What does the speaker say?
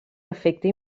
efecte